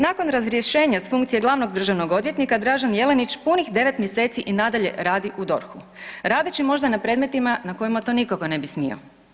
Nakon razrješenja s funkcije glavnog državnog odvjetnika Dražen Jelenić punih 9 mjeseci i nadalje radi u DORH-u radeći možda na predmetima na kojima to nikako ne bi smio.